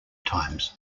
times